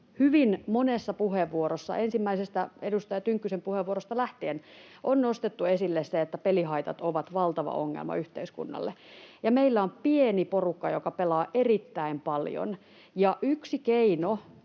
hyvin monessa puheenvuorossa, ensimmäisestä edustaja Tynkkysen puheenvuorosta lähtien, on nostettu esille se, että pelihaitat ovat valtava ongelma yhteiskunnalle. Meillä on pieni porukka, joka pelaa erittäin paljon. Ja yksi keino